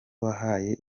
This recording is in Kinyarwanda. wahaye